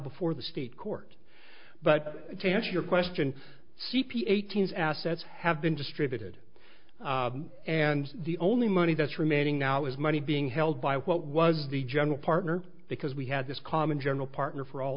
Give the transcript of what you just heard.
before the state court but to answer your question c p eighteen's assets have been distributed and the only money that's remaining now is money being held by what was the general partner because we had this common general partner for all